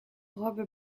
robe